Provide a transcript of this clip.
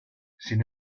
sin